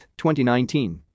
2019